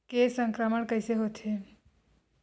के संक्रमण कइसे होथे?